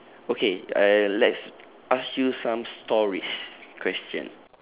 okay I let's ask you some stories question